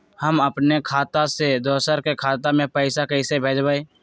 हम अपने खाता से दोसर के खाता में पैसा कइसे भेजबै?